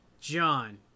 John